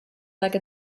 like